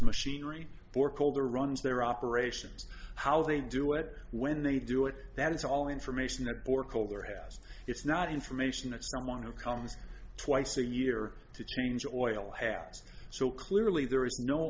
machinery for cold or runs their operations how they do it when they do it that is all information that for cold or house it's not information that someone who comes twice a year to change oil has so clearly there is no